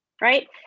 Right